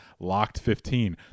LOCKED15